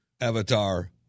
Avatar